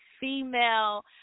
female